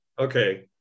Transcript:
okay